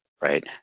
right